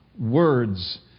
words